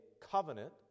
covenant